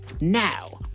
now